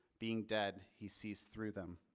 being dead he sees through them.